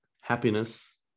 happiness